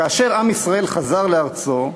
כאשר עם ישראל חזר לארצו,